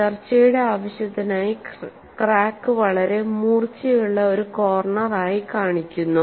ചർച്ചയുടെ ആവശ്യത്തിനായി ക്രാക്ക് വളരെ മൂർച്ചയുള്ള ഒരു കോർണർ ആയി കാണിക്കുന്നു